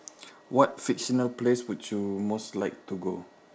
what fictional place would you most like to go